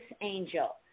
Angel